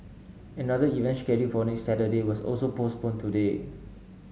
another event scheduled for next Saturday was also postponed today